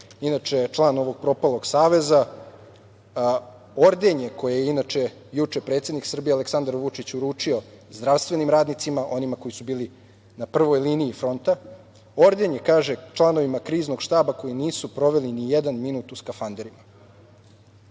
inače član ovog propalog saveza, ordenje, koje je inače juče predsednik Srbije Aleksandar Vučić uručio zdravstvenim radnicima, onima koji su bili na prvoj liniji fronta, ordenje, kaže, članovima Kriznog štaba koji nisu proveli ni jedan minut u skafanderima. Ja